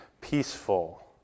peaceful